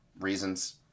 reasons